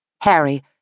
Harry